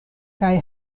kaj